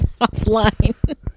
offline